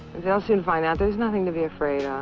they'll soon find out there's nothing to be afraid